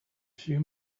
few